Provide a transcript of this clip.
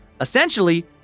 Essentially